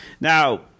Now